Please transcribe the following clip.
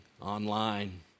online